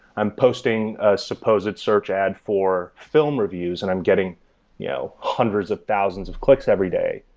i'm posting a supposed search ad for film reviews and i'm getting you know hundreds of thousands of clicks every day,